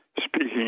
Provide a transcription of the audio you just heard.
speaking